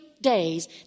days